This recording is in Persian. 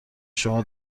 شما